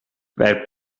per